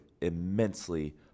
immensely